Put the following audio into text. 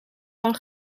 kan